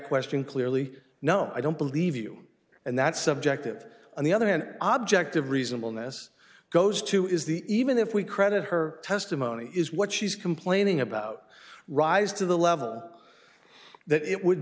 question clearly no i don't believe you and that's subjective on the other hand object of reasonableness goes to is the even if we credit her testimony is what she's complaining about rise to the level that it would